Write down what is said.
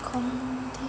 contain~